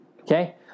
okay